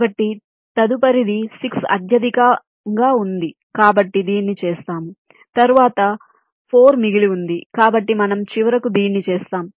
కాబట్టి తదుపరిది 6 అత్యధికంగా ఉంది కాబట్టి దీన్ని చేస్తాం తరువాత 4 మిగిలి ఉంది కాబట్టి మనం చివరకు దీన్ని చేస్తాం